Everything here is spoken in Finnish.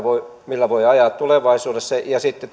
millä voi ajaa tulevaisuudessa ja sitten